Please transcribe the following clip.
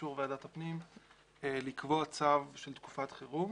באישור ועדת הפנים לקבוע צו של תקופת חירום